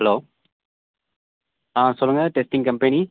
hello ஆ சொல்லுங்கள் testing company